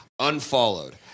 unfollowed